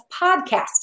Podcasting